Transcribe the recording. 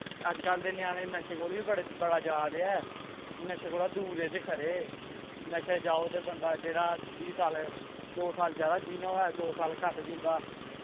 अजकल्ल दे ञ्यानें नशे कोल बी बड़े जा दे ऐ नशे कोला दूर रेह् दे खऱे नशै जाओ ते बंदा जेह्ड़ा बीह् साल दो साल जैदा जीना होऐ ते दो साल घट्ट जींदा